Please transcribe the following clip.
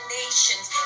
nations